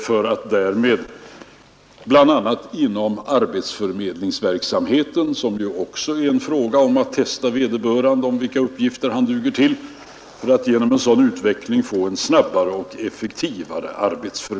Man menade bl.a. att arbetsförmedlingsverksamheten, som ju också är en fråga om att testa vilka uppgifter en person duger till, genom en sådan utveckling skulle bli snabbare och effektivare.